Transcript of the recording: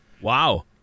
Wow